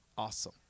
Awesome